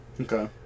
Okay